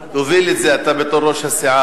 תוביל את זה אתה, בתור ראש הסיעה.